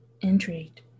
Intrigued